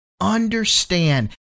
understand